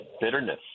bitterness